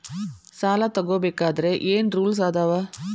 ಸಾಲ ತಗೋ ಬೇಕಾದ್ರೆ ಏನ್ ರೂಲ್ಸ್ ಅದಾವ?